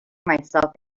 myself